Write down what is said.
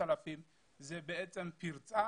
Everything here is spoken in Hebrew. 3,000 זה בעצם פרצה